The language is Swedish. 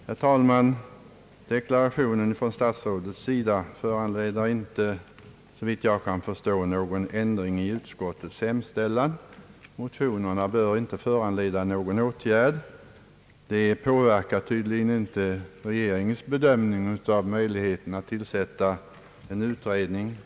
Herr talman! Statsrådets deklaration föranleder, såvitt jag kan förstå, inte någon ändring i utskottets hemställan om att motionerna inte bör föranleda någon åtgärd. Det påverkar tydligen inte regeringens bedömning av möjligheterna att tillsätta en utredning.